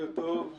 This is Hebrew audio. בוקר טוב.